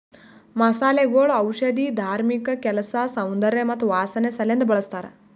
ಮಸಾಲೆಗೊಳ್ ಔಷಧಿ, ಧಾರ್ಮಿಕ ಕೆಲಸ, ಸೌಂದರ್ಯ ಮತ್ತ ವಾಸನೆ ಸಲೆಂದ್ ಬಳ್ಸತಾರ್